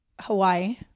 Hawaii